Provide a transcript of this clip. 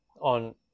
on –